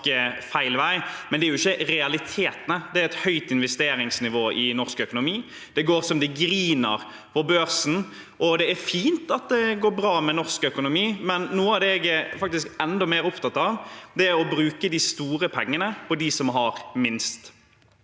visstnok feil vei – men det er jo ikke realitetene. Det er et høyt investeringsnivå i norsk økonomi. Det går så det griner på børsen. Det er fint at det går bra med norsk økonomi, men noe av det jeg er enda mer opptatt av, er å bruke de store pengene på dem som har minst.